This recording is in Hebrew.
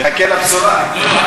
נחכה לבשורה.